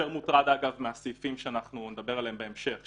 יותר מוטרד מהסעיפים שאנחנו נדבר עליהם בהמשך,